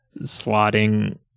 slotting